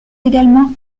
également